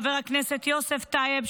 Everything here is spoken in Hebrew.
חבר הכנסת יוסף טייב,